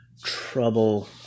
trouble